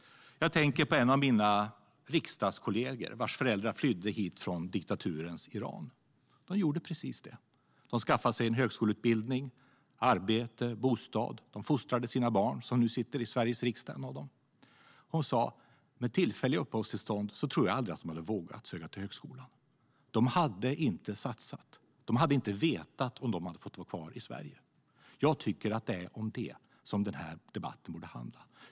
Jag tänker på en av mina riksdagskollegor, vars föräldrar flydde hit från diktaturens Iran. De gjorde precis det här. De skaffade sig en högskoleutbildning, arbete och bostad, och de fostrade sina barn. Ett av dem sitter nu i Sveriges riksdag. Hon sa: Med tillfälliga uppehållstillstånd tror jag aldrig att de hade vågat söka till högskolan. De hade inte satsat. De hade inte vetat om de skulle få vara kvar i Sverige. Jag tycker att det är om det som den här debatten borde handla.